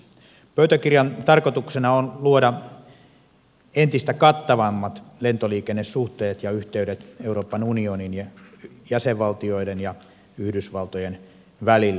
pöytäkirjan tarkoituksena on luoda entistä kattavammat lentoliikennesuhteet ja yhteydet euroopan unionin jäsenvaltioiden ja yhdysvaltojen välille